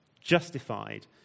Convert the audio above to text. Justified